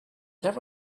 there